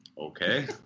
okay